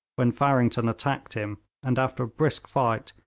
when farrington attacked him, and, after a brisk fight,